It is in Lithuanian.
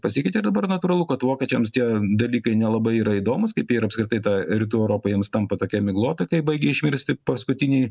pasikeitė dabar natūralu kad vokiečiams tie dalykai nelabai yra įdomūs kaip ir apskritai ta rytų europa jiems tampa tokia miglota kai baigia išvirsti paskutiniai